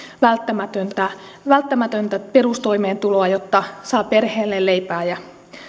välttämätöntä välttämätöntä perustoimeentuloa jotta saa perheelleen leipää ja